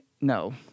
No